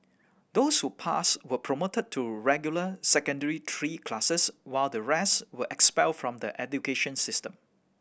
those who passed were promoted to regular Secondary Three classes while the rest were expelled from the education system